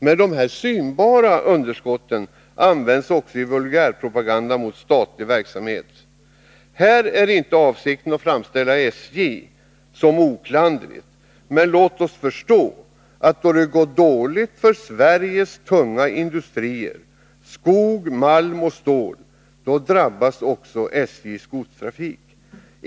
Men dessa synbara underskott används också i vulgärpropagandan mot statlig verksamhet. Här är inte avsikten att framställa SJ som oklanderligt, men låt oss förstå att då det går dåligt för Sveriges tunga industrier, skog, malm och stål, så drabbas också SJ:s godstrafik.